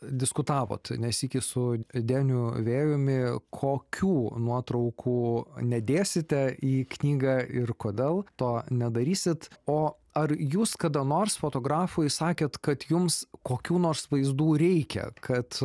diskutavot ne sykį su deniu vėjumi kokių nuotraukų nedėsite į knygą ir kodėl to nedarysit o ar jūs kada nors fotografui sakėt kad jums kokių nors vaizdų reikia kad